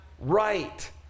right